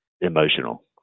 emotional